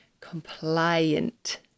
compliant